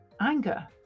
anger